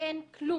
ואין כלום.